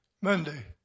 Monday